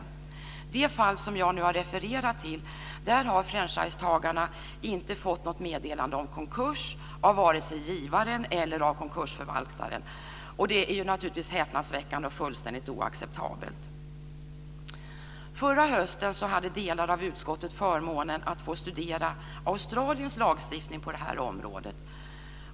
I det fall som jag nu har refererat till har franchisetagarna inte fått något meddelande om konkurs vare sig av givaren eller av konkursförvaltaren. Detta är naturligtvis häpnadsväckande och även fullständigt oacceptabelt. Förra hösten hade delar av utskottet förmånen att få studera Australiens lagstiftning på området.